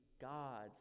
God's